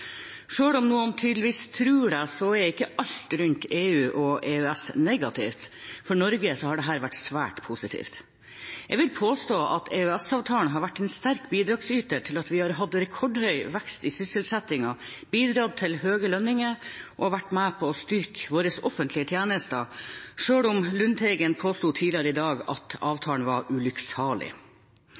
om noen tydeligvis tror det, er ikke alt rundt EU og EØS negativt. For Norge har dette vært svært positivt. Jeg vil påstå at EØS-avtalen har vært en sterk bidragsyter til at vi har hatt rekordhøy vekst i sysselsettingen, bidratt til høye lønninger og vært med på å styrke våre offentlige tjenester, selv om Lundteigen påsto tidligere i dag at avtalen var